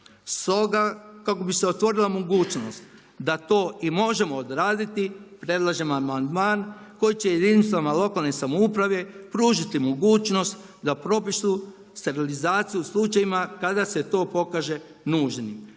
S toga, kako bi se otvorila mogućnost da to i možemo odraditi, predlažemo amandman koji će jedinicama lokalne samouprave pružiti mogućnost da propišu sterilizaciju u slučajevima kada se to pokaže nužnim.